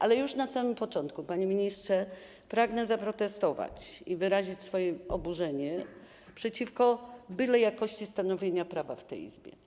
Ale już na samym początku, panie ministrze, pragnę zaprotestować i wyrazić swoje oburzenie przeciwko bylejakości stanowienia prawa w tej Izbie.